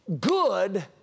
good